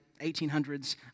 1800s